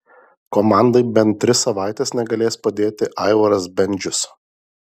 komandai bent tris savaites negalės padėti aivaras bendžius